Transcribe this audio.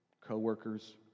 Co-workers